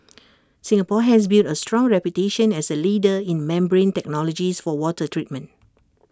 Singapore has built A strong reputation as A leader in membrane technologies for water treatment